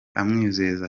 amwizeza